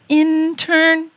intern